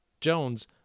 Jones